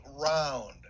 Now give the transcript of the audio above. round